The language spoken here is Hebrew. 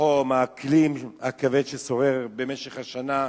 החום, האקלים הכבד ששורר במשך השנה,